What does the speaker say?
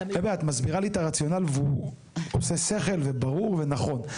את מסבירה לי את הרציונל והוא עושה שכל וברור ונכון.